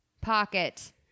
Pocket